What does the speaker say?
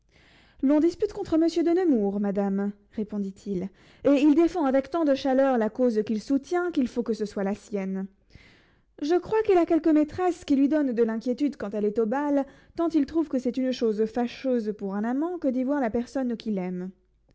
l'on dispute contre monsieur de nemours madame répondit-il et il défend avec tant de chaleur la cause qu'il soutient qu'il faut que ce soit la sienne je crois qu'il a quelque maîtresse qui lui donne de l'inquiétude quand elle est au bal tant il trouve que c'est une chose fâcheuse pour un amant que d'y voir la personne qu'il aime